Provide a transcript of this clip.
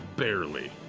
barely.